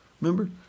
Remember